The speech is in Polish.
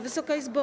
Wysoka Izbo!